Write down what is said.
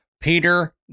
Peter